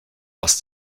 was